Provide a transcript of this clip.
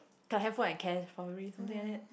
her handphone and cash probably something like that